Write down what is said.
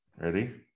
Ready